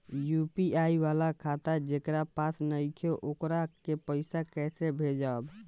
UPI वाला खाता जेकरा पास नईखे वोकरा के पईसा कैसे भेजब?